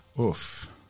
Oof